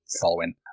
following